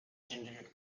generated